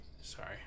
Sorry